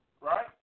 Right